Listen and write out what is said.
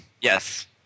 Yes